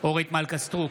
אורית מלכה סטרוק,